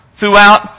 throughout